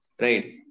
right